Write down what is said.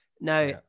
now